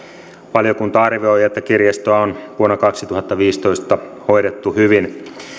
valiokunta arvioi että kirjastoa on vuonna kaksituhattaviisitoista hoidettu hyvin